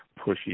pushy